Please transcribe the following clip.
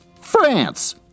France